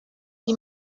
die